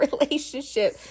relationship